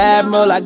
Admiral